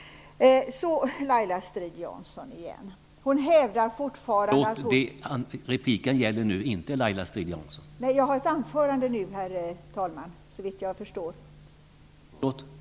Så till Laila Strid-Jansson.